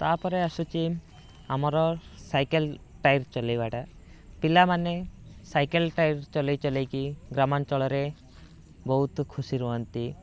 ତାପରେ ଆସୁଛି ଆମର ସାଇକେଲ୍ ଟାୟାର ଚଲେଇବାଟା ପିଲାମାନେ ସାଇକେଲ୍ ଟାୟାର ଚଲେଇ ଚଲେଇ କି ଗ୍ରାମଞ୍ଚଳରେ ବହୁତ ଖୁସି ରୁହନ୍ତି